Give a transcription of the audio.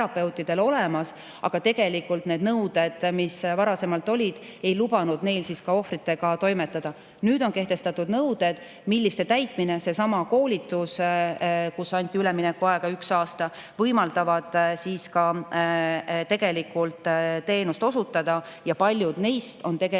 aga tegelikult need nõuded, mis varasemalt olid, ei lubanud neil ohvritega toimetada. Nüüd on kehtestatud nõuded, mille täitmine – seesama koolitus, kus üleminekuaega anti üks aasta – võimaldab siis teenust osutada. Paljud neist on tegelikult